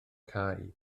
cau